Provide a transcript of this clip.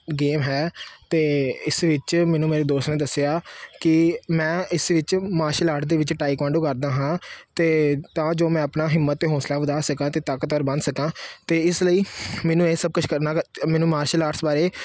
game ਹੈ ਅਤੇ ਇਸ ਵਿੱਚ ਮੈਨੂੰ ਮੇਰੇ ਦੋਸਤ ਨੇ ਦੱਸਿਆ ਕਿ ਮੈਂ ਇਸ ਵਿੱਚ ਮਾਰਸ਼ਲ ਆਰਟ ਦੇ ਵਿੱਚ ਟਾਈਕਾਂਡੂ ਕਰਦਾ ਹਾਂ ਅਤੇ ਤਾਂ ਜੋ ਮੈਂ ਆਪਣਾ ਹਿੰਮਤ ਅਤੇ ਹੌਸਲਾ ਵਧਾ ਸਕਾਂ ਅਤੇ ਤਾਕਤਵਰ ਬਣ ਸਕਾਂ ਅਤੇ ਇਸ ਲਈ ਮੈਨੂੰ ਇਹ ਸਭ ਕੁਛ ਕਰਨਾ ਮੈਨੂੰ ਮਾਰਸ਼ਲ ਆਰਟਸ ਬਾਰੇ